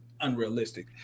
unrealistic